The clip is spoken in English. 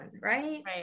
right